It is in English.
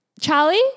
Charlie